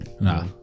No